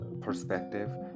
perspective